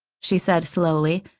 she said slowly,